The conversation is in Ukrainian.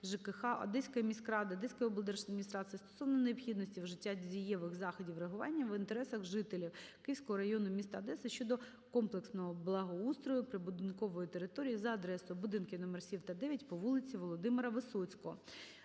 ЖКГ, Одеської міськради, Одеської облдержадміністрації стосовно необхідності вжиття дієвих заходів реагування в інтересах жителів Київського району міста Одеси щодо комплексного благоустрою прибудинкової території за адресою: будинки № 7 та 9 по вулиці Володимира Висоцького.